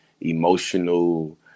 emotional